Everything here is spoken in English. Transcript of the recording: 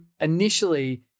initially